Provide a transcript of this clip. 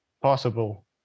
possible